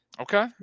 Okay